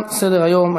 תם סדר-היום.